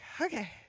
okay